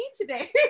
today